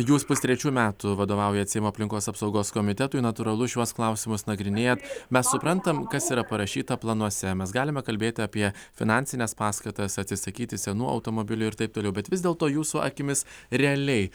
jūs pustrečių metų vadovaujat seimo aplinkos apsaugos komitetui natūralu šiuos klausimus nagrinėjat mes suprantam kas yra parašyta planuose mes galime kalbėt apie finansines paskatas atsisakyti senų automobilių ir taip toliau bet vis dėlto jūsų akimis realiai